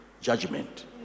judgment